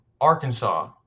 arkansas